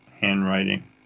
handwriting